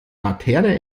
laterne